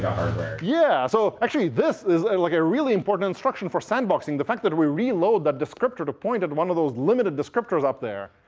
hardware professor yeah. so actually, this is a like ah really important instruction for sandboxing, the fact that we reload that descriptor to point at one of those limited descriptors up there.